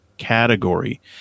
category